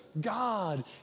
God